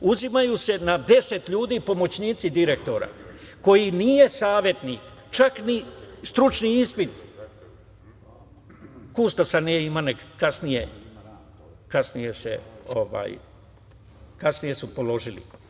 Uzimaju se na 10 ljudi, pomoćnici direktora, koji nije savetnik, čak ni stručni ispit kustosa nije imao nego su kasnije položili.